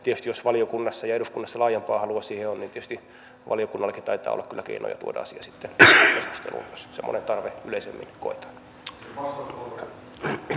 tietysti jos valiokunnassa ja eduskunnassa laajempaa halua siihen on valiokunnallakin taitaa olla kyllä keinoja tuoda asia sitten keskusteluun jos semmoinen tarve yleisemmin koetaan